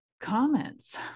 comments